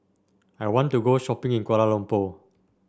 I want to go shopping in Kuala Lumpur